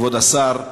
כבוד השר,